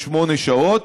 מ-48 שעות.